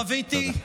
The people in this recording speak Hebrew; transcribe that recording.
תודה.